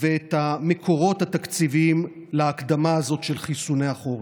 ואת המקורות התקציביים להקדמה הזאת של חיסוני החורף.